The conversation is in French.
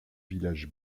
village